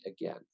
again